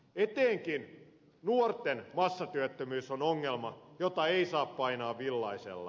etenkin nuorten massatyöttömyys on ongelma jota ei saa painaa villaisella